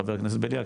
חבר הכנסת בליאק,